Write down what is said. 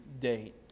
date